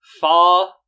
far